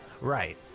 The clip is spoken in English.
Right